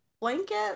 blanket